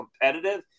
competitive